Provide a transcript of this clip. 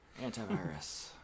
antivirus